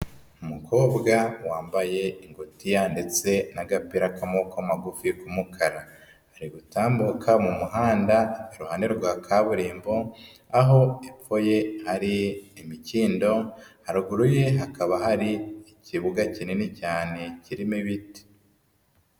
Umukobwa wambaye ingutiya ndetse n'agapira k'amoboko magufi k'umukara, ari gutambuka mu muhanda iruhande rwa kaburimbo aho epfo ye hari imikindo, haruguru ye hakaba hari ikibuga kinini cyane kirimo ibiti.